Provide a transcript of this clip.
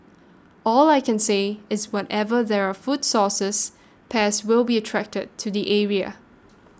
all I can say is wherever there are food sources pests will be attracted to the area